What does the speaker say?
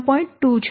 20 છે